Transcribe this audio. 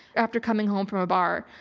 after coming home from a bar,